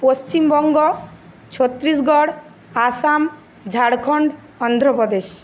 Paschimbanga Chhattisgarh Assam Jharkhand Andhra Pradesh